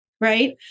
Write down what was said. right